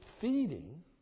feeding